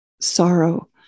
sorrow